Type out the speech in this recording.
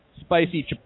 spicy